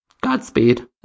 Godspeed